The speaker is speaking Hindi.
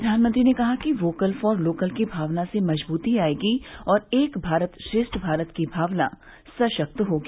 प्रधानमंत्री ने कहा कि वोकल फॉर लोकल की भावना से मजबूती आएगी और एक भारत श्रेष्ठ भारत की भावना सशक्त होगी